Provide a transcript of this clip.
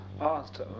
asked